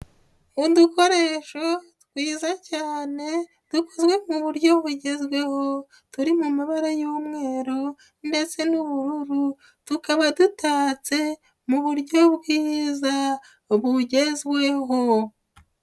Udukoresho twiza cyane dukozwe mu buryo bugezweho turi mu mabara y'umweru ndetse n'ubururu, tukaba dutatse mu buryo bwiza bugezweho.